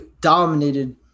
dominated